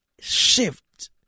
shift